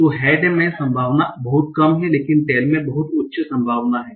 तो हेड में संभावना बहुत कम है लेकिन टेल में बहुत उच्च संभावना है